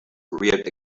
reared